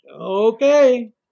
okay